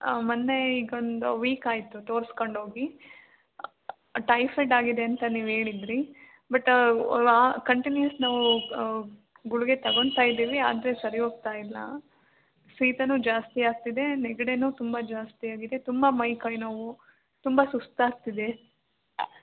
ಮೊನ್ನೆ ಈಗೊಂದು ವೀಕಾಯ್ತು ತೋರಿಸಿಕೊಂಡು ಹೋಗಿ ಟೈಫಡ್ ಆಗಿದೆ ಅಂತ ನೀವೇಳಿದ್ರಿ ಬಟ್ ಆ ಕಂಟಿನ್ಯೂಸ್ ನಾವು ಗುಳಿಗೆ ತೊಗೋತ ಇದ್ದೀವಿ ಆದರೆ ಸರಿ ಹೋಗ್ತಾ ಇಲ್ಲ ಶೀತವೂ ಜಾಸ್ತಿ ಆಗ್ತಿದೆ ನೆಗಡಿಯೂ ತುಂಬ ಜಾಸ್ತಿ ಆಗಿದೆ ತುಂಬ ಮೈಕೈ ನೋವು ತುಂಬ ಸುಸ್ತಾಗ್ತಿದೆ